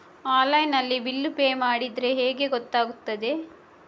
Online ನಲ್ಲಿ bill pay ಮಾಡಿದ್ರೆ ಹೇಗೆ ಗೊತ್ತಾಗುತ್ತದೆ?